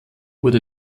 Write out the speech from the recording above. wurde